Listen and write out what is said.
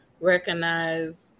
recognize